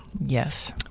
Yes